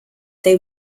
they